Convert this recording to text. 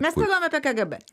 mes kalbam apie kgb